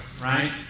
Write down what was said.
right